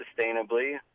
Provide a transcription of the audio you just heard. sustainably